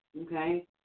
Okay